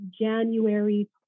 January